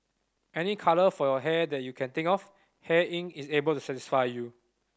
any colour for your hair that you can think of Hair Inc is able to satisfy you